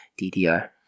DDR